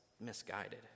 misguided